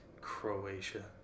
Croatia